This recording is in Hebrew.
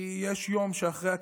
כי יש יום שאחרי הכנסת.